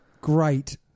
Great